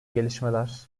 gelişmeler